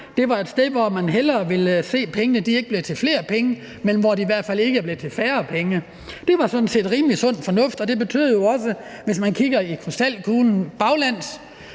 Det var et sted, hvor man i hvert fald hellere ville se, at pengene ikke blev til flere penge, end at de blev til færre penge. Det var sådan set rimelig sund fornuft, og det betød jo også, hvis man kigger i krystalkuglen og